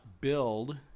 build